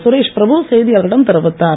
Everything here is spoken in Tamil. சுரேஷ் பிரபு செய்தியாளர்களிடம் தெரிவித்தார்